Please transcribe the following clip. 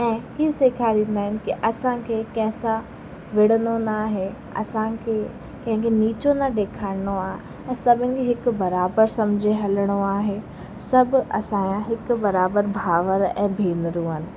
ऐं हीउ सेखारींदा आहिनि की असांखे कंहिंसां विढ़नो न आहे असांखे कंहिंखें निचो न ॾेखारिणो आहे ऐं सभिनि हिकु बराबरि सम्झे हलिणो आहे सभु असांजा हिकु बराबरि भाउर ऐं भेनरूं आहिनि